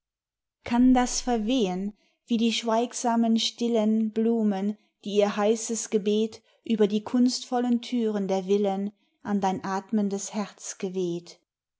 kann das verwehn wie die schweigsamen stillen blumen die ihr heißes gebet über die kunstvollen türen der villen an dein atmendes herz geweht